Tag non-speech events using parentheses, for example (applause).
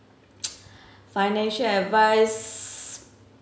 (noise) financial advice